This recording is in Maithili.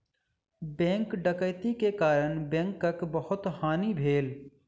बैंक डकैती के कारण बैंकक बहुत हानि भेल